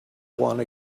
wanna